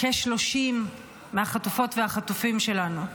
כ-30 מהחטופות והחטופים שלנו.